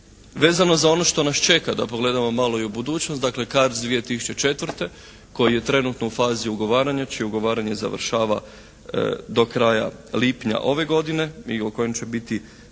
Vezano za ono što nas čeka da pogledamo malo i u budućnost, dakle CARDS 2004. koji je trenutno u fazi ugovaranja, čije ugovaranje završava do kraja lipnja ove godine i o kojem će biti